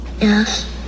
Yes